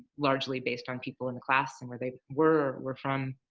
largely based on people in the class and where they were were from.